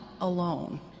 alone